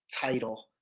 title